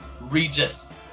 regis